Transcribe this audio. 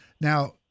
Now